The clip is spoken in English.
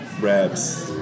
raps